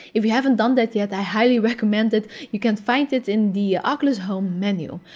if you haven't done that yet, i highly recommend it. you can find it in the oculus home menu.